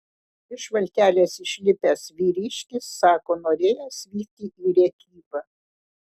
iš valtelės išlipęs vyriškis sako norėjęs vykti į rėkyvą